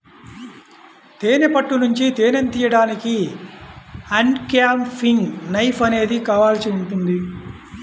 తేనె పట్టు నుంచి తేనెను తీయడానికి అన్క్యాపింగ్ నైఫ్ అనేది కావాల్సి ఉంటుంది